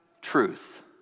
truth